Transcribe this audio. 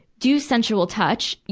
do sensual touch.